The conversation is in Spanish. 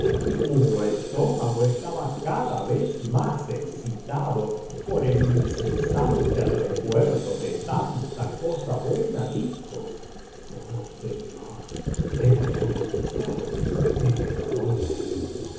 y cuyo estómago estaba cada vez más excitado por el incesante recuerdo de tanta cosa buena dijo oh señor he de confesar que estoy